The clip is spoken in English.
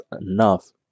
enough